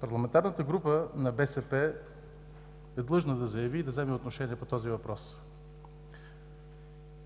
Парламентарната група на „БСП за България“ е длъжна да заяви и да вземе отношение по този въпрос.